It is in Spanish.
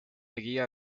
guía